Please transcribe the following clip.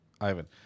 Ivan